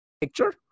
picture